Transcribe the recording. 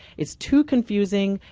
it's too confusing,